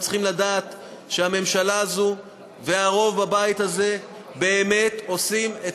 הם צריכים לדעת שהממשלה הזאת והרוב בבית הזה באמת עושים את